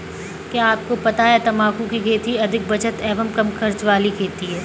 क्या आपको पता है तम्बाकू की खेती अधिक बचत एवं कम खर्च वाली खेती है?